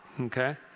okay